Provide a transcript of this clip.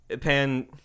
Pan